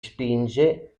spinge